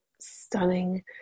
stunning